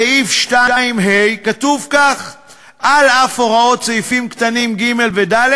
בסעיף 2(ה) כתוב כך: על אף הוראות סעיפים קטנים (ג) ו-(ד)